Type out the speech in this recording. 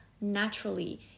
naturally